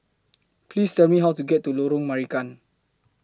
Please Tell Me How to get to Lorong Marican